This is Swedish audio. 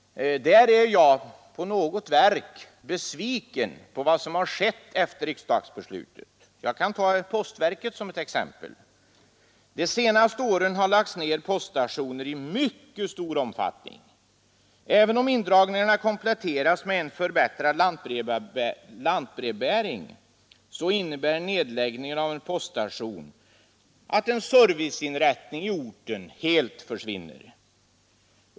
Där är jag i fråga om något verk besviken på vad som har skett efter riksdagsbeslutet. Jag kan ta postverket som ett exempel. De senaste åren har poststationer lagts ner i mycket stor omfattning. Även om indragningarna kompletterats med en förbättrad lantbrevbäring, innebär nedläggningen av en poststation att en serviceinrättning på orten helt försvinner.